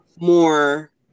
more